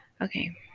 Okay